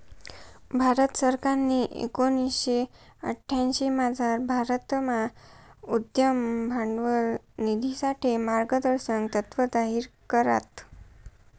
भारत सरकारनी एकोणीशे अठ्यांशीमझार भारतमा उद्यम भांडवल निधीसाठे मार्गदर्शक तत्त्व जाहीर करात